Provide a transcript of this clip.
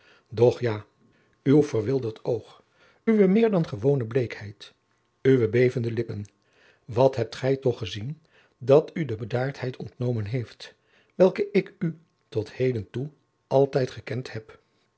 doch ja uw verwilderd oog uwe meer dan gewone bleekheid uwe bevende lippen wat hebt gij toch gezien dat u de bedaardheid ontnomen heeft welke ik u tot heden toe altijd gekend heb